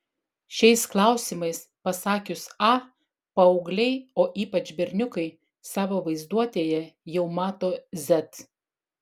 šiais klausimais pasakius a paaugliai o ypač berniukai savo vaizduotėje jau mato z